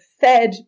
fed